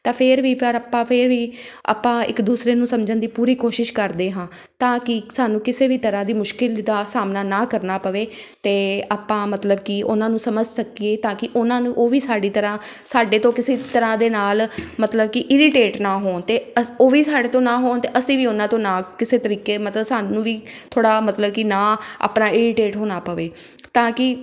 ਤਾਂ ਫਿਰ ਵੀ ਫਿਰ ਆਪਾਂ ਫਿਰ ਵੀ ਆਪਾਂ ਇੱਕ ਦੂਸਰੇ ਨੂੰ ਸਮਝਣ ਦੀ ਪੂਰੀ ਕੋਸ਼ਿਸ਼ ਕਰਦੇ ਹਾਂ ਤਾਂ ਕਿ ਸਾਨੂੰ ਕਿਸੇ ਵੀ ਤਰ੍ਹਾਂ ਦੀ ਮੁਸ਼ਕਿਲ ਦਾ ਸਾਹਮਣਾ ਨਾ ਕਰਨਾ ਪਵੇ ਅਤੇ ਆਪਾਂ ਮਤਲਬ ਕਿ ਉਹਨਾਂ ਨੂੰ ਸਮਝ ਸਕੀਏ ਤਾਂ ਕਿ ਉਹਨਾਂ ਨੂੰ ਉਹ ਵੀ ਸਾਡੀ ਤਰ੍ਹਾਂ ਸਾਡੇ ਤੋਂ ਕਿਸੇ ਤਰ੍ਹਾਂ ਦੇ ਨਾਲ ਮਤਲਬ ਕਿ ਇਰੀਟੇਟ ਨਾ ਹੋਣ ਅਤੇ ਉਹ ਵੀ ਸਾਡੇ ਤੋਂ ਨਾ ਹੋਣ ਅਸੀਂ ਵੀ ਉਹਨਾਂ ਤੋਂ ਨਾ ਕਿਸੇ ਤਰੀਕੇ ਮਤਲਬ ਸਾਨੂੰ ਵੀ ਥੋੜ੍ਹਾ ਮਤਲਬ ਕਿ ਨਾ ਆਪਣਾ ਇਰੀਟੇਟ ਹੋਣਾ ਪਵੇ ਤਾਂ ਕਿ